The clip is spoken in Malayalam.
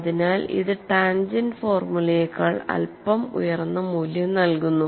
അതിനാൽ ഇത് ടാൻജെന്റ് ഫോർമുലയേക്കാൾ അല്പം ഉയർന്ന മൂല്യം നൽകുന്നു